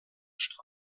str